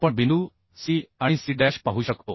आपण बिंदू C आणि C डॅश पाहू शकतो